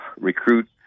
recruit